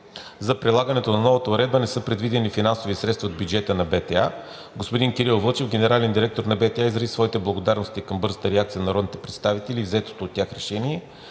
За прилагането на новата уредба не са предвидени финансови средства от бюджета на БТА. Господин Кирил Вълчев – генерален директор на БТА, изрази своите благодарности към бързата реакция на народните представители и взетото от тях решение.